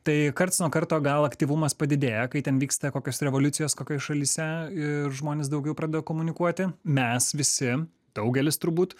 tai karts nuo karto gal aktyvumas padidėja kai ten vyksta kokios revoliucijos kokioj šalyse ir žmonės daugiau pradėjo komunikuoti mes visi daugelis turbūt